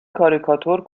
کاریکاتور